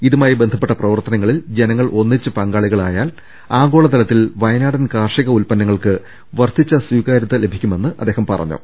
ഇതുമായി ബന്ധപ്പെട്ട പ്രവർത്തനങ്ങളിൽ ജനങ്ങൾ ഒന്നിച്ച് പങ്കാളികളായാൽ ആഗോള തലത്തിൽ വയനാടൻ കാർഷിക ഉൽപ്പന്നങ്ങൾക്ക് വർദ്ധിച്ച സ്വീകാര്യത ലഭിക്കുമെന്ന് അദ്ദേഹം പറ ഞ്ഞു